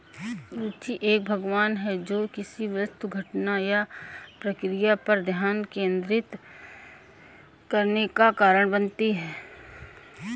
रूचि एक भावना है जो किसी वस्तु घटना या प्रक्रिया पर ध्यान केंद्रित करने का कारण बनती है